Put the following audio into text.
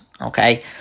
okay